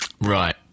Right